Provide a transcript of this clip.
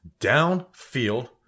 downfield